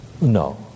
no